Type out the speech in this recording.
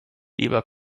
lieber